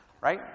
Right